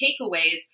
takeaways